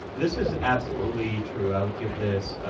this is absolutely true, i would give this